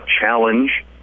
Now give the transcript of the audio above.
challenge